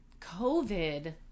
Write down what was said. COVID